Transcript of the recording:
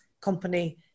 company